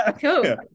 cool